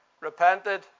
repented